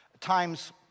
times